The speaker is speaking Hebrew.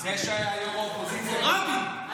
רבין.